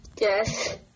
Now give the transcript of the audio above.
Yes